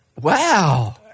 wow